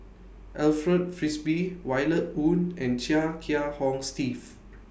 Alfred Frisby Violet Oon and Chia Kiah Hong Steve